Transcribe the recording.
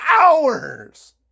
hours